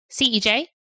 CEJ